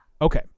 Okay